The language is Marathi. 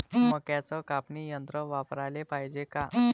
मक्क्याचं कापनी यंत्र वापराले पायजे का?